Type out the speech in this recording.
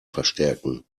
verstärken